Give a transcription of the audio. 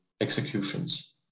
executions